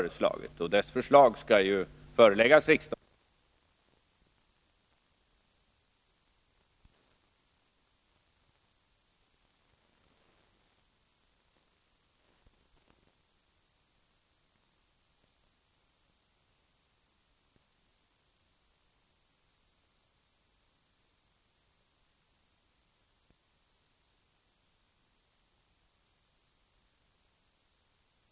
Krigsmaterielexportkommitténs förslag skall ju föreläggas riksdagen i en proposition i vår.